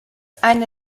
ein